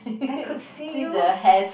I could see you